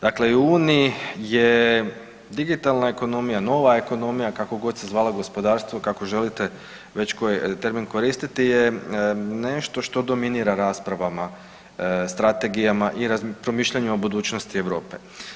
dakle i u Uniji je digitalna ekonomija nova ekonomija, kako god se zvalo gospodarstvo kako želite već koji termin koristite je nešto što dominira raspravama, strategijama i promišljanju o budućnosti Europe.